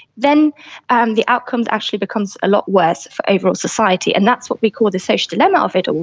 then um the outcome actually becomes a lot worse for overall society, and that's what we call the social dilemma of it all.